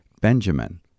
Benjamin